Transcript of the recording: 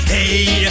Hey